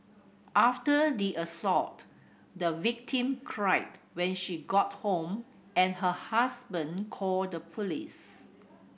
after the assault the victim cried when she got home and her husband called the police